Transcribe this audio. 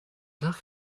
luck